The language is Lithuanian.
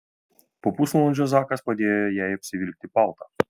po pusvalandžio zakas padėjo jai apsivilkti paltą